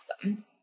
awesome